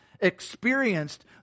experienced